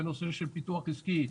בנושא של פיתוח עסקי,